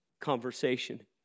Conversation